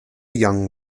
young